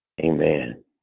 Amen